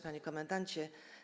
Panie Komendancie!